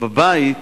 בבית